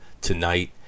Tonight